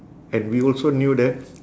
and we also knew that